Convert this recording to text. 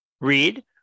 Read